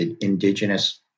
indigenous